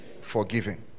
forgiving